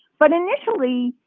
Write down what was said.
but initially,